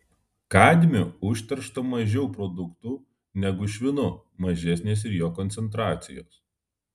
kadmiu užteršta mažiau produktų negu švinu mažesnės ir jo koncentracijos